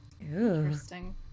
interesting